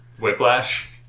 Whiplash